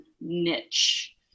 niche